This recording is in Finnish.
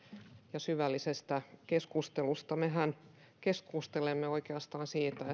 ja syvällisestä keskustelusta mehän keskustelemme oikeastaan siitä